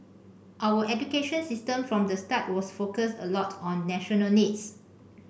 our education system from the start was focused a lot on national needs